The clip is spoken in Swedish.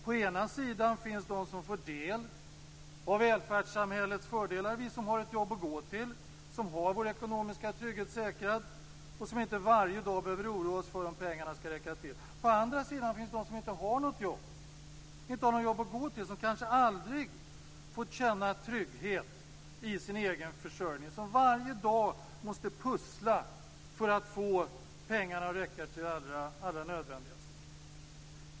På ena sidan finns de som får del av välfärdssamhällets fördelar, de som har ett jobb att gå till, som har sin ekonomiska trygghet säkrad och som inte varje dag behöver oroa sig för att pengarna inte skall räcka till. På andra sidan finns de som inte har något jobb att gå till, som kanske aldrig fått känna trygghet i sin egen försörjning och som varje dag måste puzzla för att få pengarna att räcka till det allra nödvändigaste.